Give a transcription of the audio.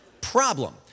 Problem